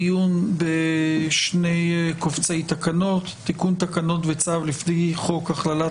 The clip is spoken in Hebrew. אנחנו נמצאים בדיון בשני קובצי תקנות: תיקון תקנות וצו לפי חוק הכללת